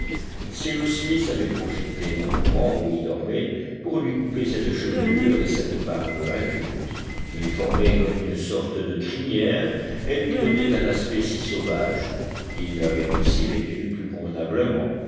cyrus smith avait profité d'un moment où il dormait pour lui couper cette chevelure et cette barbe incultes qui formaient comme une sorte de crinière et lui donnaient un aspect si sauvage il l'avait aussi vêtu plus convenablement